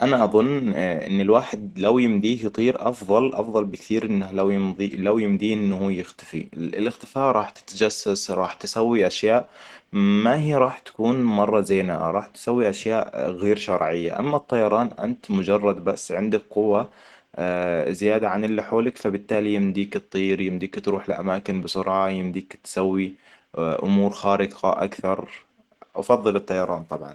انا اظن إن الواحد لو يمديه يطير افضل افضل بكثير انه لو يمديه لو يمديه ان هو يختفي. الاختفاء راح تتجسس راح تسوي اشياء ما هي راح تكون مرة زينة. راح تسوي اشياء غير شرعية. اما الطيران انت مجرد بس عندك قوة زيادة عن اللي حولك فبالتالي يمديك تطير يمديك تروح لأماكن بسرعة يمديك تسوي أمور خارقة اكثر افضل الطيران طبعا